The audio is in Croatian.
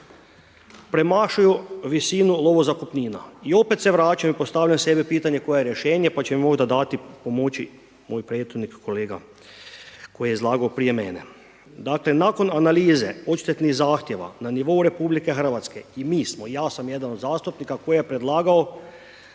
premašuju visinu lovozakupnina i opet se vraćaju. Postavljam sebi pitanje koje je rješenje, pa će mi možda dati pomoći, moj prethodnik kolega, koji je izlagao prije mene. Dakle nakon analize odštetnih zahtjeva na nivo Republike Hrvatske i mi smo, ja sam jedan od zastupnika, koji je predlagao